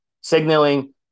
signaling